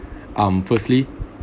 um firstly